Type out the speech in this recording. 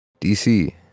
dc